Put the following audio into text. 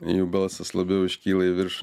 jų balsas labiau iškyla į viršų